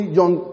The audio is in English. young